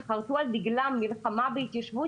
שחרטו על דגלם מלחמה בהתיישבות,